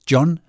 John